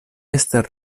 estas